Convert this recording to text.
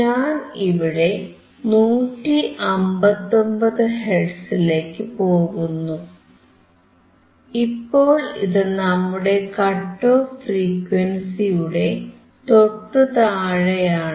ഞാൻ ഇവിടെ 159 ഹെർട്സിലേക്കു പോകുന്നു ഇപ്പോൾ ഇതു നമ്മുടെ കട്ട് ഓഫ് ഫ്രീക്വൻസിയുടെ തൊട്ടു താഴെയാണ്